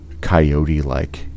coyote-like